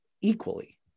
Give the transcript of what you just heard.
equally